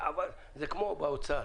זה כמו באוצר.